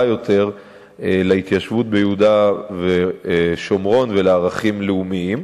יותר להתיישבות ביהודה ושומרון ולערכים לאומיים.